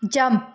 jump